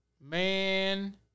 Man